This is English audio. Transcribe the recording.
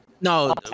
No